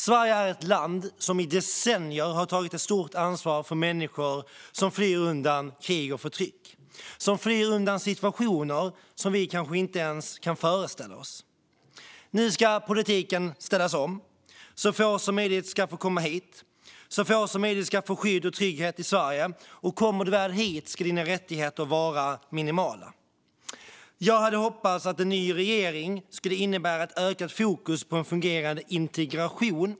Sverige är ett land som i decennier har tagit ett stort ansvar för människor som flyr undan krig och förtryck - som flyr undan situationer som vi kanske inte ens kan föreställa oss. Nu ska politiken ställas om. Så få som möjligt ska få komma hit; så få som möjligt ska få skydd och trygghet i Sverige. Och kommer du väl hit ska dina rättigheter vara minimala. Jag hade hoppats att en ny regering skulle innebära ett ökat fokus på en fungerande integration.